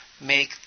make